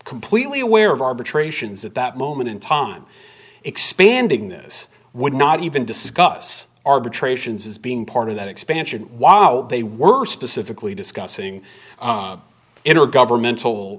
completely aware of arbitrations at that moment in time expanding this would not even discuss arbitrations as being part of that expansion wow they were specifically discussing in a governmental